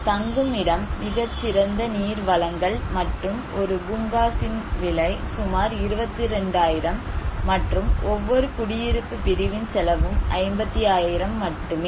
தங்குமிடம் மிகச் சிறந்த நீர் வழங்கல் மற்றும் ஒரு பூங்காஸ் இன் விலை சுமார் 22000 மற்றும் ஒவ்வொரு குடியிருப்பு பிரிவின் செலவும் 55000 மட்டுமே